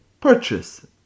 purchase